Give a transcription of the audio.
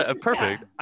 perfect